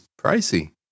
pricey